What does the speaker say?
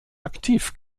aktiv